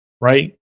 right